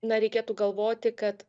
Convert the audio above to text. na reikėtų galvoti kad